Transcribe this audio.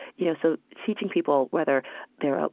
you know, so teaching people, whether they're, ah